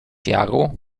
jaru